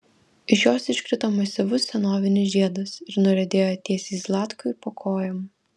iš jos iškrito masyvus senovinis žiedas ir nuriedėjo tiesiai zlatkui po kojom